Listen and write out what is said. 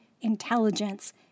intelligence